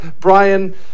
Brian